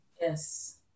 Yes